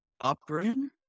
upbringing